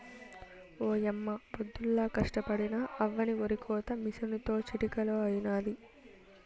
ఓయమ్మ పొద్దుల్లా కష్టపడినా అవ్వని ఒరికోత మిసనుతో చిటికలో అయినాది